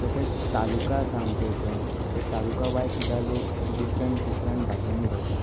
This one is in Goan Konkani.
तशेंस तालुका आसा आमचे हितून ते तालुका वायज सुद्दां लोक डिफरण डिफरण भाशेन उलयता